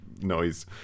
noise